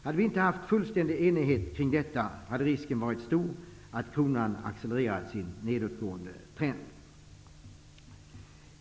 Hade vi inte haft fullständig enighet om detta, hade risken varit stor att kronan hade accelererat sin nedåtgående trend.